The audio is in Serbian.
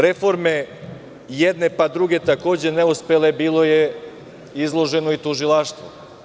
Reforme, jedne, pa druge, takođe neuspele bilo je izloženo i tužilaštvo.